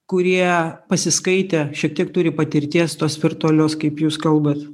kurie pasiskaitę šiek tiek turi patirties tos virtualios kaip jūs kalbat